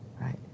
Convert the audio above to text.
Right